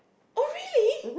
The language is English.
oh really